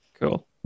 Cool